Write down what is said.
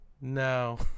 No